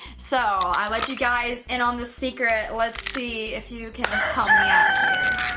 so i let you guys in on this secret. let's see if you can help me out here.